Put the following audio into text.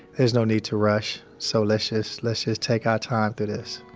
there's no need to rush so let's just, let's just take our time through this.